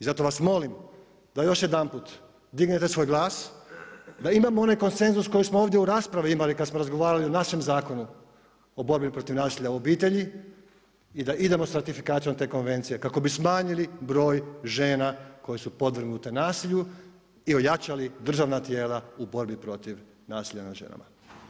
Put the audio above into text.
I zato vas molim da još jedanput dignete svoj glas da imamo onaj konsenzus koji smo ovdje u raspravi imali kada smo razgovarali u našem Zakonu o borbi protiv nasilja u obitelji i da idemo s ratifikacijom te konvencije kako bi smanjili broj žena koje su podvrgnute nasilju i ojačali državna tijela u borbi protiv nasilja nad ženama.